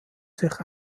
sich